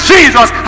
Jesus